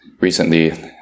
Recently